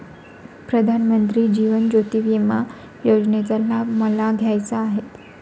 प्रधानमंत्री जीवन ज्योती विमा योजनेचा लाभ मला घ्यायचा आहे